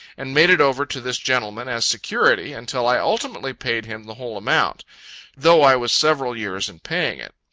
and made it over to this gentleman, as security until i ultimately paid him the whole amount though i was several years in paying it.